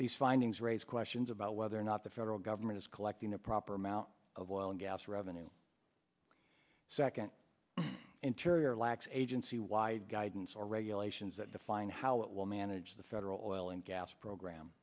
these findings raise questions about whether or not the federal government is collecting the proper amount of oil and gas revenue second interior lacks agency wide guidance or regulations that define how it will manage the federal and gas program